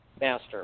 master